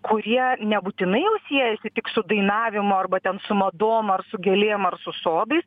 kurie nebūtinai jau siejasi tik su dainavimu arba ten su madom ar su gėlėm ar su sodais